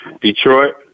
Detroit